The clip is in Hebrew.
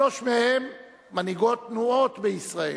שלוש מהן מנהיגות תנועות בישראל: